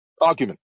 argument